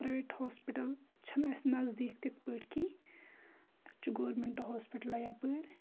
private hospital چھِنہِ اَسہِ نَزدیک تِتھ پٲٹھۍ کیٚنٛہہ اَسہِ چھ گورمیٚنٹ ہاسپِٹلہٕ یَپٲر